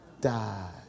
die